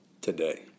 today